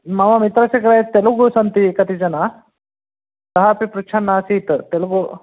मम मित्रस्य कृते तेलुगु सन्ति ए कति जनाः सः अपि पृच्छन् आसीत् तेलुगु